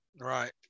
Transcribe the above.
Right